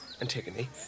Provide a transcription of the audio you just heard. Antigone